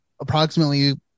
approximately